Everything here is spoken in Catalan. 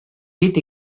pit